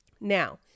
Now